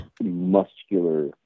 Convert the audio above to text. muscular